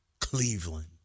Cleveland